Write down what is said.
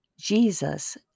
Jesus